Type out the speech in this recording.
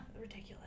ridiculous